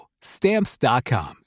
Stamps.com